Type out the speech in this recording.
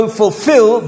fulfill